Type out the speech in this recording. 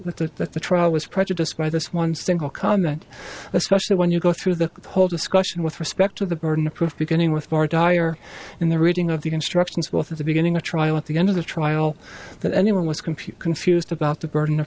that the trial that the trial was prejudiced by this one single comment especially when you go through the whole discussion with respect to the burden of proof beginning with more dire in the reading of the instructions wealth of the beginning a trial at the end of the trial that anyone was computer confused about the burden of